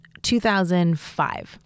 2005